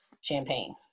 champagne